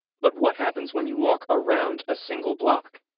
but what happens when you walk around a single block?